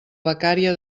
becària